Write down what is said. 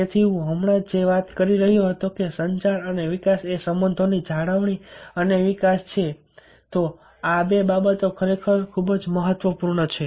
તેથી હું હમણાં જ જે વાત કરી રહ્યો હતો કે આ સંચાર અને વિકાસ એ સંબંધોની જાળવણી અને વિકાસ છે આ બે બાબતો ખરેખર ખૂબ જ મહત્વપૂર્ણ છે